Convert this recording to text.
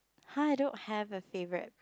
[huh] I don't have a favourite